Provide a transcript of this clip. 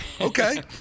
Okay